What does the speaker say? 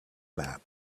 map